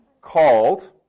Called